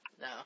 No